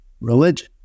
religion